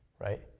right